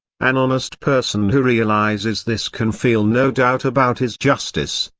an honest person who realizes this can feel no doubt about his justice,